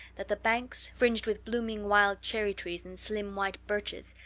that the banks, fringed with blooming wild cherry-trees and slim white birches,